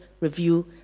review